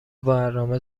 برنامه